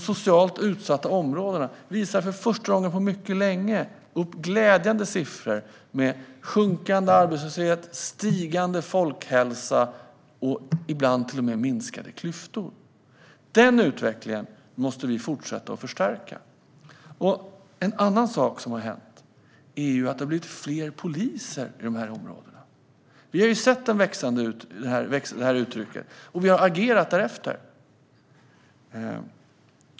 De socialt utsatta områdena visar för första gången på mycket länge upp glädjande siffror som visar på sjunkande arbetslöshet, ökad folkhälsa och ibland till och med minskade klyftor. Den utvecklingen måste vi fortsätta att förstärka. En annan sak som har hänt är att det har blivit fler poliser i de här områdena. Vi har sett den här utvecklingen och agerat därefter.